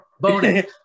Bonus